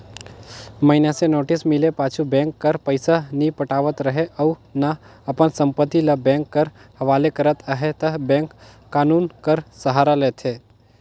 मइनसे नोटिस मिले पाछू बेंक कर पइसा नी पटावत रहें अउ ना अपन संपत्ति ल बेंक कर हवाले करत अहे ता बेंक कान्हून कर सहारा लेथे